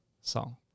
song